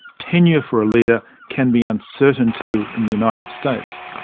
tenure for a leader can be uncertain too in the united states.